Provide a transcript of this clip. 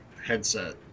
headset